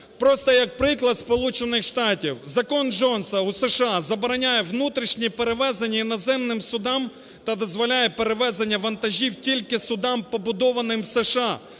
Просто як приклад Сполучених Штатів: закон Джонса у США забороняє внутрішні перевезення іноземним судам та дозволяє перевезення вантажів тільки судам, побудованим в США.